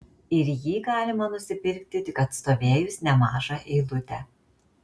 ir jį galima nusipirkti tik atstovėjus nemažą eilutę